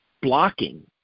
blocking